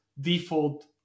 default